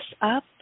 up